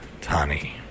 Tani